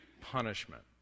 Punishment